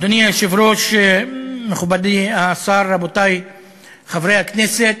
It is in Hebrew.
אדוני היושב-ראש, מכובדי השר, רבותי חברי הכנסת,